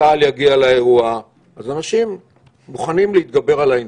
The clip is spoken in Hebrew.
צה"ל יגיע לאירוע - אנשים יכולים להתגבר על העניין.